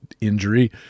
injury